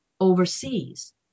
overseas